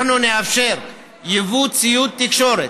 אנחנו נאפשר ייבוא ציוד תקשורת,